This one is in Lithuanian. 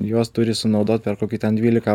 juos turi sunaudot per kokį ten dvylika